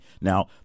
Now